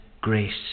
grace